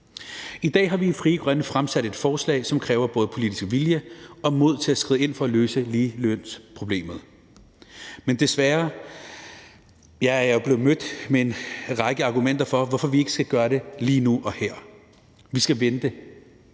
I dag har vi i Frie Grønne fremsat et forslag, som kræver både politisk vilje og mod i forhold til at skride ind for at løse ligelønsproblemet, men desværre er jeg blevet mødt med en række argumenter for, hvorfor vi ikke skal gøre det lige nu og her: Vi skal vente;